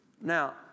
Now